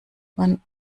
man